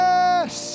Yes